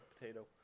Potato